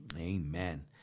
Amen